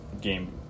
game